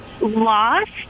lost